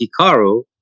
Hikaru